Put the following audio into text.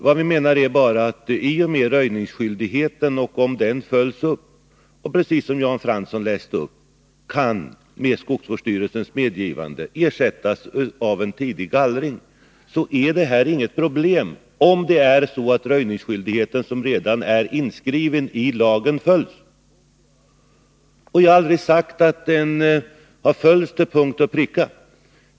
Vad vi menar är att om röjningsskyldigheten fullgörs — precis som Jan Fransson sade — kan den med skogsvårdsstyrelsens medgivande ersättas av en tidig gallring. Så det här är alltså inget problem, om röjningsskyldigheten, som redan är inskriven i lagen, följs upp. Jag har aldrig sagt att den har följts till punkt och pricka.